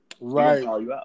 Right